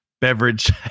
beverage